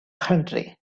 country